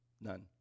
none